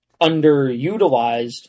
underutilized